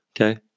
Okay